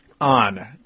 on